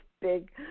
big